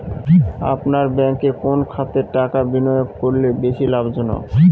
আপনার ব্যাংকে কোন খাতে টাকা বিনিয়োগ করলে বেশি লাভজনক?